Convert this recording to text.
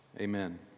amen